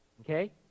okay